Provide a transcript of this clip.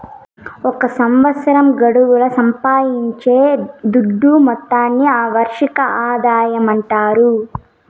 ఒక సంవత్సరం గడువుల సంపాయించే దుడ్డు మొత్తాన్ని ఆ వార్షిక ఆదాయమంటాండారు